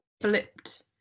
flipped